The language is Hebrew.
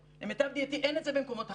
למיטב ידיעתי אין את זה במקומות אחרים,